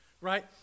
right